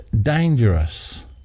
dangerous